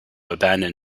abandon